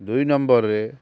ଦୁଇ ନମ୍ବର୍ରେ